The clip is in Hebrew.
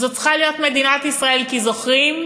וזאת צריכה להיות מדינת ישראל, כי, זוכרים?